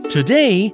Today